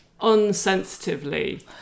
unsensitively